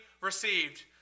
received